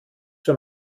zur